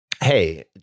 hey